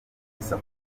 gusa